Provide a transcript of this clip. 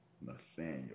Nathaniel